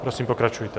Prosím, pokračujte.